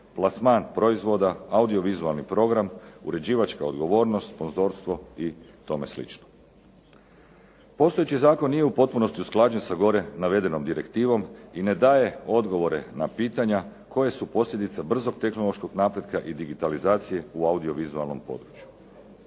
plasman proizvoda, audio-vizualni program, uređivačka odgovornost, sponzorstvo i tome slično. Postojeći zakon nije u potpunosti usklađen sa gore navedenom direktivom i ne daje odgovore na pitanja koje su posljedice brzog tehnološkog napretka i digitalizacije u audio-vizualnom području.